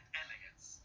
elegance